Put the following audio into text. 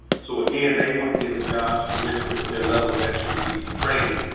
so again, they weren't given jobs commensurate with their level of expertise and training.